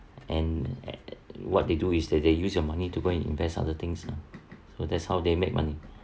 and at what they do is that they use your money to go and invest other things lah so that's how they make money